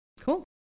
Cool